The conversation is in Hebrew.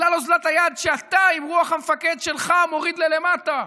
בגלל אוזלת היד שאתה עם רוח המפקד שלך מוריד למטה.